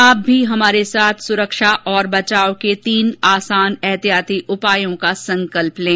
आप भी हमारे साथ सुरक्षा और बचाव के तीन आसान एहतियाती उपायों का संकल्प लें